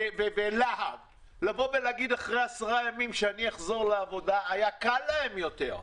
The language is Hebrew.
וללה"ב להגיד אחרי עשרה ימים שהם יחזרו לעבודה היה קל להם יותר,